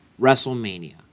WrestleMania